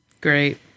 Great